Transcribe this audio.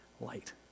light